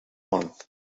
month